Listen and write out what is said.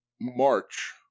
March